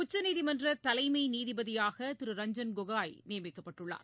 உச்சநீதிமன்ற தலைமை நீதிபதியாக திரு ரஞ்சன் கோகாய் நியமிக்கப்பட்டுள்ளார்